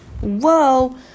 Whoa